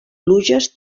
pluges